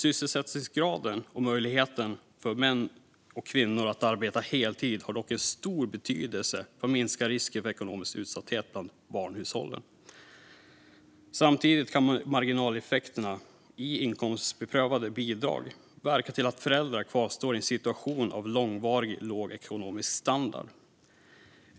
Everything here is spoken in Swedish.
Sysselsättningsgraden och möjligheten för män och kvinnor att arbeta heltid har dock stor betydelse för att minska risken för ekonomisk utsatthet bland barnhushållen. Samtidigt kan marginaleffekterna i inkomstprövade bidrag verka till att föräldrar kvarstår i en situation av långvarig låg ekonomisk standard.